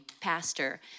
pastor